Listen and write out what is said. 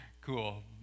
cool